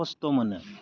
खस्थ' मोनो